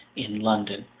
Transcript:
in london,